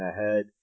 ahead